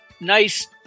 nice